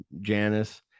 Janice